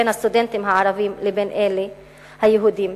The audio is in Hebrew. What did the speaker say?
בין הסטודנטים הערבים לבין אלה היהודים.